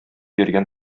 йөргән